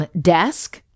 desk